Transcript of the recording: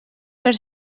per